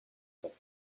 but